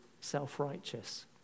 self-righteous